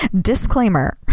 disclaimer